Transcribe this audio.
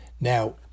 Now